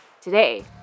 Today